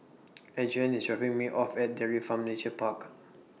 Adrienne IS dropping Me off At Dairy Farm Nature Park